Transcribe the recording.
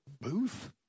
booth